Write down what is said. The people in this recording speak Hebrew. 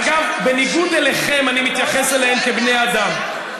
אגב, בניגוד אליכם, אני מתייחס אליהם כבני אדם.